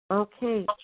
Okay